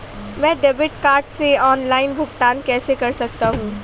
मैं debit card से online भुगतान कैसे कर सकता हूँ?